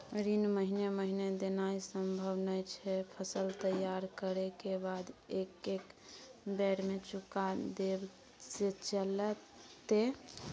ऋण महीने महीने देनाय सम्भव नय छै, फसल तैयार करै के बाद एक्कै बेर में चुका देब से चलते?